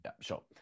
sure